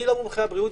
אני לא מומחה הבריאות.